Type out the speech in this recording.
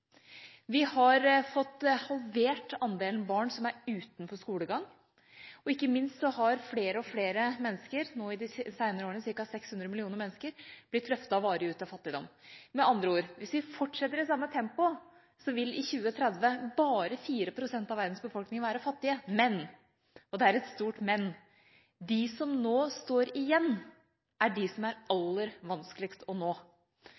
Vi har fått halvert andelen barn som er utenfor skolegang, og ikke minst har flere og flere mennesker, ca. 600 millioner mennesker, de senere årene blitt løftet varig ut av fattigdom. Med andre ord: Hvis vi fortsetter i samme tempo, vil bare 4 pst. av verdens befolkning være fattige i 2030. Men – og det er et stort men – de som nå står igjen, er de som er aller vanskeligst å nå.